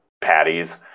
patties